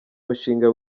mushinga